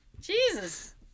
Jesus